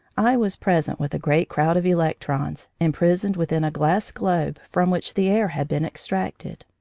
i was present, with a great crowd of electrons, imprisoned within a glass globe from which the air had been extracted.